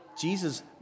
Jesus